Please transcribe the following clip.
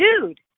dude